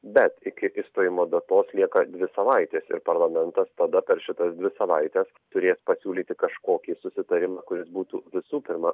bet iki išstojimo datos lieka dvi savaitės ir parlamentas tada per šitas dvi savaites turės pasiūlyti kažkokį susitarimą kuris būtų visų pirma